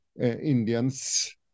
Indians